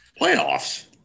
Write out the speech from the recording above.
Playoffs